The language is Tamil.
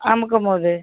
அமுக்கம் போது